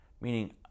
meaning